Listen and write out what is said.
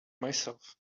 myself